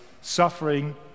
suffering